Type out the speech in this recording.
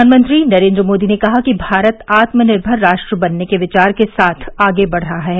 प्रधानमंत्री नरेन्द्र मोदी ने कहा कि भारत आत्मनिर्भर राष्ट्र बनने के विचार के साथ आगे बढ रहा है